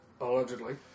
allegedly